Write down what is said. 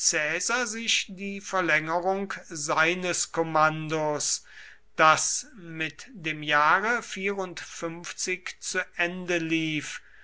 sich die verlängerung seines kommandos das mit dem jahre zu ende lief